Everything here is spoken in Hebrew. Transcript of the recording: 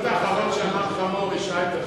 האידיוט האחרון שאמר חמור השעה את עצמו.